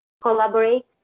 collaborate